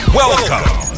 Welcome